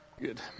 Good